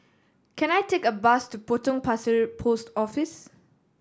can I take a bus to Potong Pasir Post Office